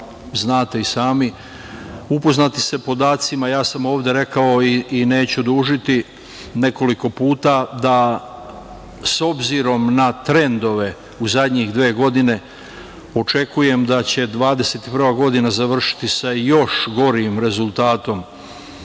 i sami, upoznati ste sa podacima. Ja sam ovde rekao i neću dužiti nekoliko puta, dakle, s obzirom na trendove u zadnjih dve godine, očekujem da će 2021. godina završiti sa još gorim rezultatom